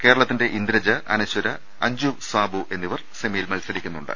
കേരളത്തിന്റെ ഇന്ദ്രജ അനശ്വര അഞ്ജു സാബു എന്നിവർ സെമിയിൽ മത്സരിക്കുന്നുണ്ട്